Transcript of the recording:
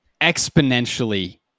exponentially